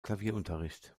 klavierunterricht